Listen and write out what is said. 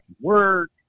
work